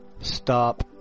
stop